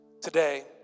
today